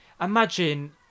Imagine